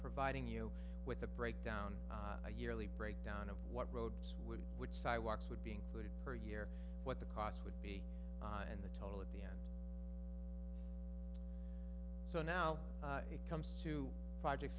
providing you with the breakdown a yearly breakdown of what roads would would sidewalks would be included per year what the cost would be and the total at the end so now it comes to project